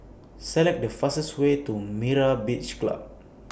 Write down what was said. Select The fastest Way to Myra's Beach Club